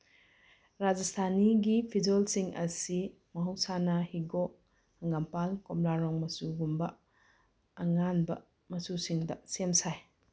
ꯔꯖꯁꯊꯥꯅꯤꯒꯤ ꯐꯤꯖꯣꯜꯁꯤꯡ ꯑꯁꯤ ꯃꯍꯧꯁꯥꯅ ꯍꯤꯒꯣꯛ ꯍꯪꯒꯥꯝꯄꯥꯜ ꯀꯣꯝꯂꯥꯔꯣꯡ ꯃꯆꯨꯒꯨꯝꯕ ꯑꯉꯥꯟꯕ ꯃꯆꯨꯁꯤꯡꯗ ꯁꯦꯝ ꯁꯥꯏ